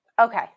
okay